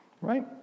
right